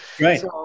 Right